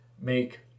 make